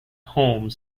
holmes